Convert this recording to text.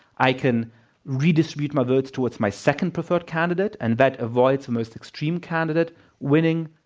i can redistribute my votes towards my second preferred candidate. and that avoids the most extreme candidate winning